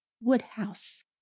Woodhouse